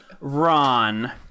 Ron